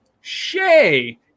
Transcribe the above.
Shay